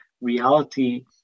reality